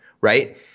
right